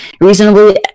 reasonably